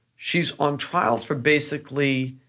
she's on trial for basically,